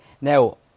Now